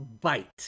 Bite